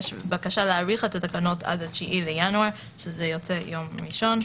יש בקשה להאריך את התקנות עד ה-9 בינואר שיוצא ביום ראשון.